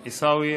עיסאווי,